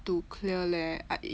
to clear leh I